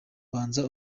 banza